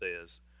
says